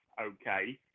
okay